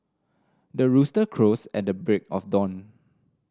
the rooster crows at the break of dawn